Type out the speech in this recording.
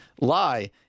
lie